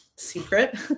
secret